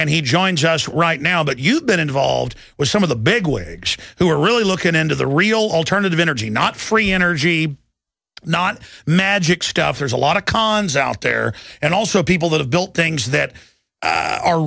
and he joins us right now but you've been involved with some of the big wigs who are really looking into the real alternative energy not free energy not magic stuff there's a lot of cons out there and also people that have built things that are